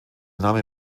name